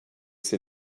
ses